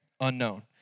unknown